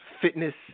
fitness